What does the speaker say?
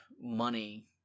money